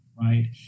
right